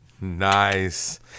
Nice